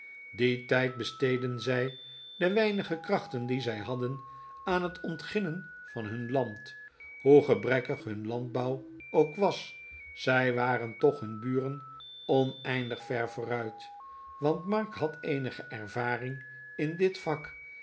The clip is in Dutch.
dien tijd besteedden zij de weinige krachten die zij hadden aan het ontginnen van hun land hoe gebrekkig hun landbouw ook was zij waren toch hun buren oneindig ver vooruit want mark had eenige ervaring in dit vak